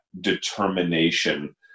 determination